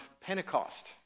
Pentecost